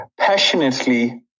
passionately